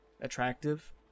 attractive